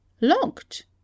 Locked